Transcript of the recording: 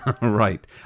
Right